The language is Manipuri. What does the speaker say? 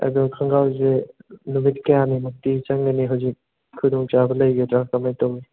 ꯑꯗꯨ ꯈꯣꯡꯈ꯭ꯔꯥꯎꯁꯦ ꯅꯨꯃꯤꯠ ꯀꯌꯥꯅꯤꯃꯨꯛꯇ ꯆꯪꯒꯅꯤ ꯍꯧꯖꯤꯛ ꯈꯨꯗꯣꯡ ꯆꯥꯕ ꯂꯩꯒꯗ꯭ꯔꯥ ꯀꯃꯥꯏ ꯇꯧꯏ